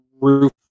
roof